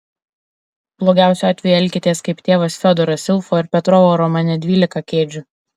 blogiausiu atveju elkitės kaip tėvas fiodoras ilfo ir petrovo romane dvylika kėdžių